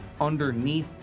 underneath